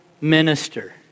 minister